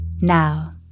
Now